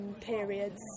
periods